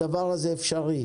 הדבר הזה אפשרי.